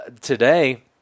today